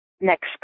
next